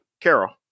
Carol